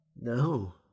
No